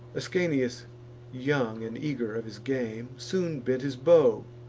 ascanius young, and eager of his game, soon bent his bow,